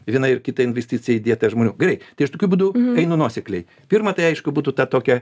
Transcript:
viena ir kita investicija įdėta žmonių gerai tai aš tokiu būdu einu nuosekliai pirma tai aišku būtų ta tokia